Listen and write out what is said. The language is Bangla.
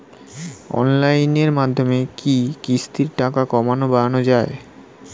অনলাইনের মাধ্যমে কি কিস্তির টাকা কমানো বাড়ানো যায়?